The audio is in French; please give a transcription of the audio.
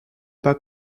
pas